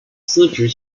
司职